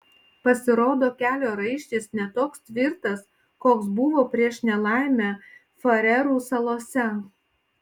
pasirodo kelio raištis ne toks tvirtas koks buvo prieš nelaimę farerų salose